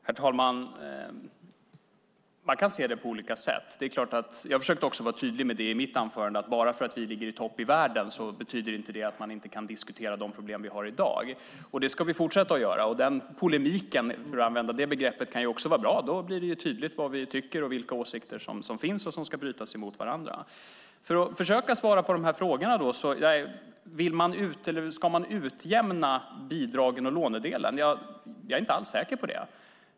Herr talman! Man kan se detta på olika sätt. I mitt anförande försökte jag vara tydlig. Att Sverige ligger i topp i världen betyder inte att man inte kan diskutera de problem vi i dag har. Det ska vi fortsätta att göra. Den polemiken - för att använda det begreppet - kan också vara bra. Då blir det tydligt vad vi tycker och vilka åsikter som finns och som ska brytas mot varandra. Jag ska försöka svara på frågorna. Jag är inte alls säker på om man ska utjämna mellan bidragen och lånedelen.